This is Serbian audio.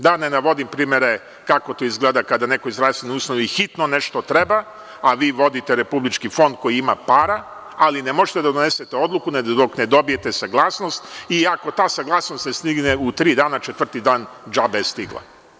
Da ne navodim primere kako to izgledakada nekom iz zdravstvene ustanove hitno nešto treba, a vi vodite republički fond koji ima para, ali ne možete da donesete odluku dok ne dobijete saglasnost i ako ta saglasnost ne stigne u tri dana, četvrti dan džabe je stigla.